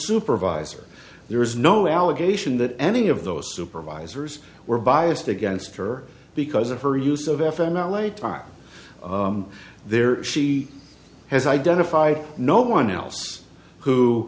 supervisor there is no allegation that any of those supervisors were biased against her because of her use of f m l a times there she has identified no one else who